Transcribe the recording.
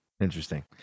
Interesting